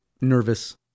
nervous